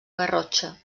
garrotxa